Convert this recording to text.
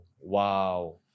Wow